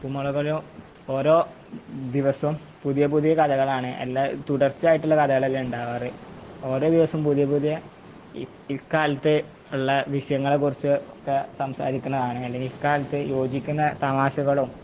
ഉപ്പും മുളകിലും ഓരോ ദിവസം പുതിയ പുതിയ കഥകളാണ് എല്ലാം തുടർച്ചയായിട്ടുള്ള കഥകളല്ല ഉണ്ടാകാറ് ഓരോ ദിവസവും പുതിയ പുതിയ ഇ ഇക്കാലത്തെ ഉള്ള വിഷയങ്ങളെക്കുറിച്ച് ഒക്കെ സംസാരിക്കുന്നതാണ് അല്ലെങ്കിൽ ഇക്കാലത്ത് യോജിക്കുന്ന തമാശകളും